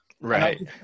right